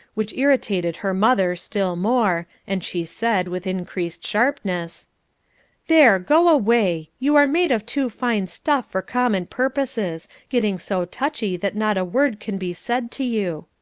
which irritated her mother still more, and she said, with increased sharpness there, go away. you are made of too fine stuff for common purposes getting so touchy that not a word can be said to you.